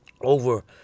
over